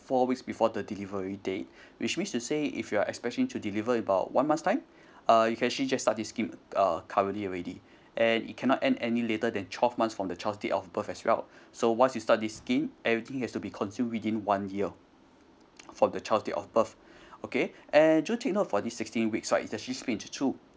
four weeks before the delivery day which means to say if you're expecting to deliver about one month time uh you can actually just start this scheme uh currently already and it cannot end any later than twelve months from the child date of birth as well so once you start this scheme everything has to be consumed within one year from the child date of birth okay and do take note for this sixteen weeks right it's actually split into two